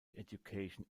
education